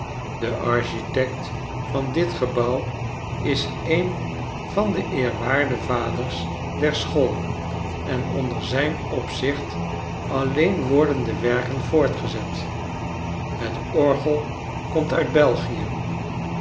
de architect van dit gebouw is een van de eerwaarde vaders der school en onder zijn opzicht alleen worden de werken voortgezet het orgel komt uit belgie